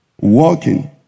walking